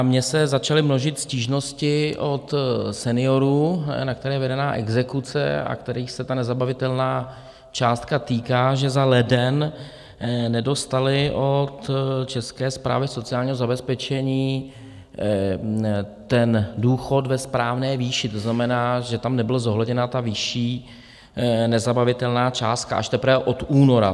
Mně se začaly množit stížnosti od seniorů, na které je vedená exekuce a kterých se ta nezabavitelná částka týká, že za leden nedostali od České správy sociálního zabezpečení důchod ve správné výši, to znamená, že tam nebyla zohledněna vyšší nezabavitelná částka, až teprve od února.